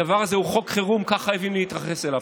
הדבר הזה הוא חוק חירום, כך חייבים להתייחס אליו.